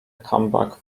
comeback